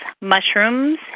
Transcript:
mushrooms